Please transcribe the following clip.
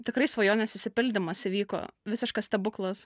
tikrai svajonės išsipildymas įvyko visiškas stebuklas